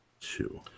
Two